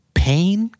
pain